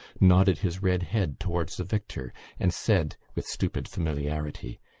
nodded his red head towards the victor and said with stupid familiarity